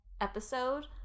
episode